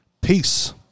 Peace